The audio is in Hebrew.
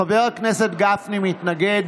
חבר הכנסת גפני מתנגד.